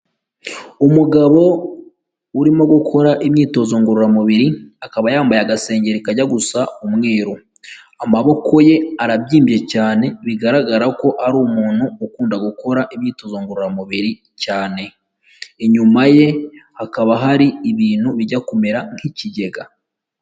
Umugabo urimo gukora imyitozo ngororamubiri; akaba yambaye agasengero kajya gusa umweru, amaboko ye arabyimbye cyane, bigaragara ko ari umuntu ukunda gukora imyitozo ngororamubiri cyane, inyuma ye hakaba hari ibintu bijya kumera nk'ikigega.